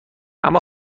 اما